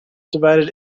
divided